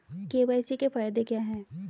KYC के फायदे क्या है?